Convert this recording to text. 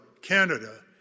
Canada